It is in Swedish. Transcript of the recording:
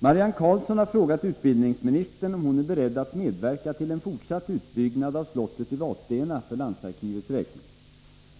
Herr talman! Marianne Karlsson har frågat utbildningsministern om hon är beredd att medverka till en fortsatt utbyggnad av slottet i Vadstena för landsarkivets räkning.